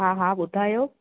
हा हा ॿुधायो